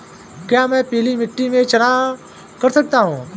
क्या मैं पीली मिट्टी में चना कर सकता हूँ?